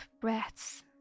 breaths